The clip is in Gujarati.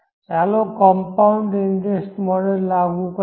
ચાલો કંપાઉન્ડ ઇન્ટરેસ્ટ મોડેલ લાગુ કરીએ